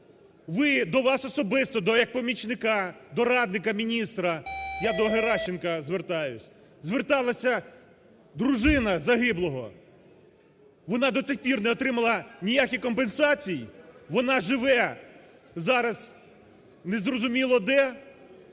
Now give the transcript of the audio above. Ви, до вас особисто, як до помічника, до радника міністра, я до Геращенка звертаюсь, зверталася дружина загиблого. Вона до цих пір не отримала ніяких компенсацій, вона живе зараз незрозуміло де,